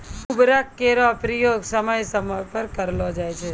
उर्वरक केरो प्रयोग समय समय पर करलो जाय छै